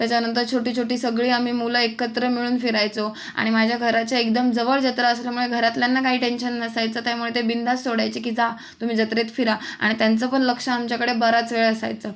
त्याच्यानंतर छोटी छोटी सगळी आम्ही मुलं एकत्र मिळून फिरायचो आणि माझ्या घराच्या एकदम जवळ जत्रा असल्यामुळे घरातल्यांना काही टेन्शन नसायचं त्यामुळे ते बिनधास्त सोडायचे की जा तुम्ही जत्रेत फिरा आणि त्यांचं पण लक्ष आमच्याकडे बराच वेळ असायचं